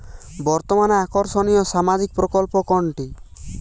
বর্তমানে আকর্ষনিয় সামাজিক প্রকল্প কোনটি?